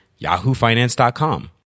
yahoofinance.com